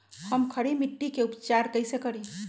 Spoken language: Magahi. हम खड़ी मिट्टी के उपचार कईसे करी?